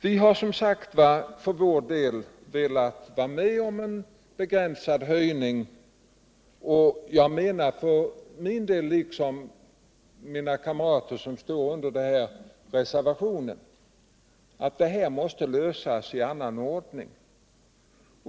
Vi har som sagt för vår del velat gå med på en begränsad höjning, och jag menar liksom mina partikamrater i utskottet, vilka också står bakom reservationen, att problemen på detta område måste lösas i annan ordning.